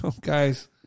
Guys